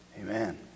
amen